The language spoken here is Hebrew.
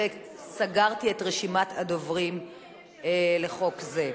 וסגרתי את רשימת הדוברים לחוק זה.